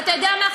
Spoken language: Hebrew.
ואתה יודע מה,